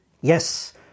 Yes